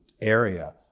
area